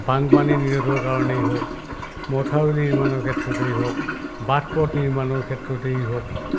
বানপানীৰ নিৰোধৰ কাৰণেই হওক মথাউৰি নিৰ্মাণৰ ক্ষেত্ৰতেই হওক বাটপথ নিৰ্মাণৰ ক্ষেত্ৰতেই হওক